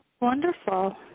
wonderful